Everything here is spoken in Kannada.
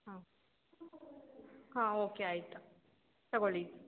ಹಾಂ ಹಾಂ ಓಕೆ ಆಯಿತು ತಗೋಳ್ಳಿ